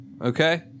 Okay